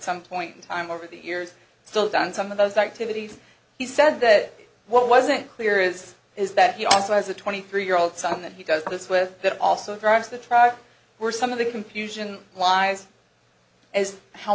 some point in time over the years still done some of those activities he said that what wasn't clear is is that he also has a twenty three year old son that he does this with that also drives the trial were some of the confusion lies as how